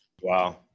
Wow